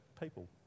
people